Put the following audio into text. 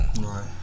Right